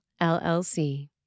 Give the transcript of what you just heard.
LLC